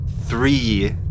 three